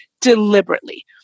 deliberately